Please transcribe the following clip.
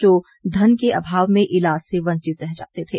जो धन के अभाव में इलाज से वंचित रह जाते थे